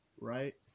right